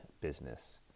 business